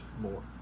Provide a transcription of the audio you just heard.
more